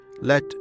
Let